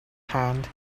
hand